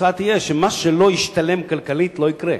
התוצאה תהיה שמה שלא ישתלם כלכלית לא יקרה.